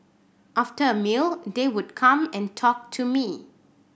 after a meal they would come and talk to me